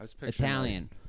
Italian